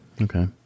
Okay